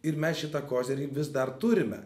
ir mes šitą kozirį vis dar turime